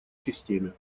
системе